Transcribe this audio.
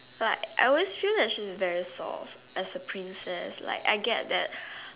like I always feel that she's very soft as a princess like I get that